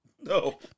No